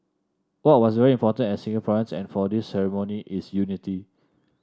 what was very important as Singaporeans and for this ceremony is unity